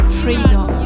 freedom